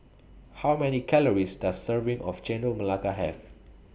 How Many Calories Does Serving of Chendol Melaka Have